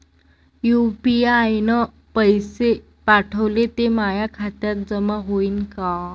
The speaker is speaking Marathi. यू.पी.आय न पैसे पाठवले, ते माया खात्यात जमा होईन का?